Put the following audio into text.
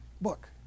book